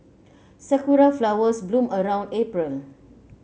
sakura flowers bloom around April